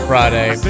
Friday